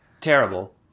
terrible